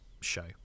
show